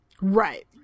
right